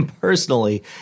personally